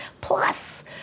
plus